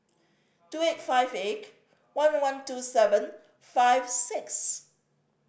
two eight five one one two seven five six